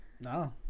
No